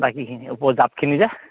বাকীখিনি ওপৰ জাপখিনি যে